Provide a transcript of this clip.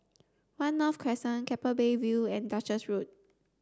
One North Crescent Keppel Bay View and Duchess Road